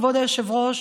כבוד היושב-ראש,